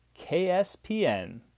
KSPN